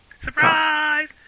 Surprise